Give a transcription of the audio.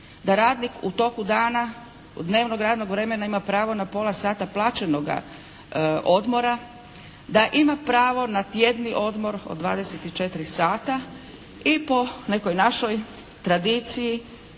da radnik u toku dana od dnevnog rednog vremena ima na pola sata plaćenoga odmora, da ima pravo na tjedni odmor od 24 sata i po nekoj našoj tradiciji